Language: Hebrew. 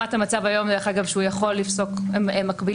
לעומת המצב היום שהוא יכול לפסוק מקבילות,